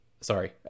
sorry